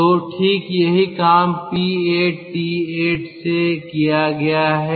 तो ठीक यही काम P8 T8 से किया गया है